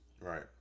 right